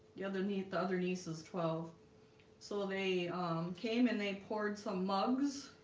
the other neat. the other niece is twelve so ah they um came and they poured some mugs